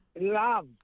love